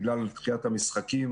עקב המשחקים